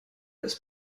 its